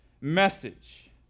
message